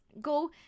go